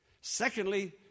Secondly